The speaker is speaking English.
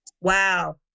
Wow